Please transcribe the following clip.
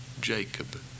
Jacob